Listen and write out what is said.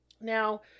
Now